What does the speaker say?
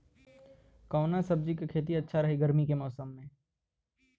कवना सब्जी के खेती अच्छा रही गर्मी के मौसम में?